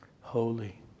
Holy